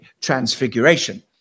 transfiguration